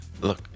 Look